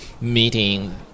meeting